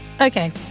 Okay